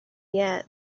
yet